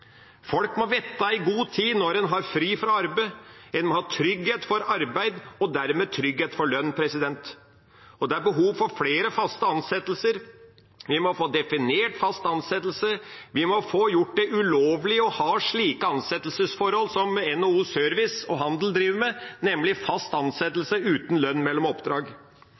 Folk må vite i god tid når de har fri fra arbeidet. En må ha trygghet for arbeid og dermed trygghet for lønn. Det er behov for flere faste ansettelser. Vi må få definert fast ansettelse. Vi må få gjort det ulovlig å ha slike ansettelsesforhold som NHO Service og Handel driver med, nemlig fast ansettelse uten lønn mellom oppdrag.